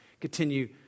continue